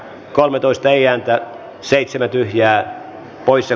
yleiskeskustelua ei syntynyt